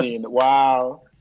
wow